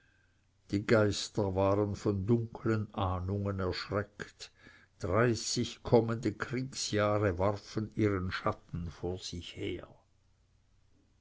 die geister waren von dunklen ahnungen erschreckt dreißig kommende kriegsjahre warfen ihren schatten vor sich her